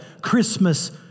Christmas